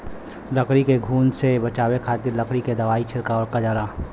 लकड़ी के घुन से बचावे खातिर लकड़ी पे दवाई छिड़कल जाला